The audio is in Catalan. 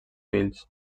fills